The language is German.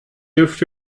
dürft